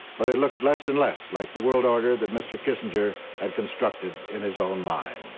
but it looks less and less like the world order that mr. kissinger had constructed in his own mind.